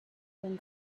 then